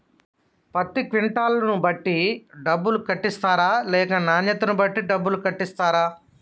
పత్తి క్వింటాల్ ను బట్టి డబ్బులు కట్టిస్తరా లేక నాణ్యతను బట్టి డబ్బులు కట్టిస్తారా?